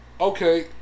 Okay